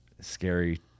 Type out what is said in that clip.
scary